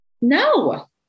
No